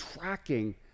tracking